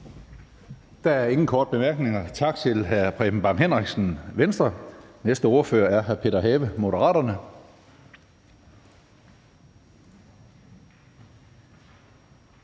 Der er ingen korte bemærkninger. Tak til hr. Preben Bang Henriksen, Venstre. Næste ordfører er hr. Peter Have, Moderaterne.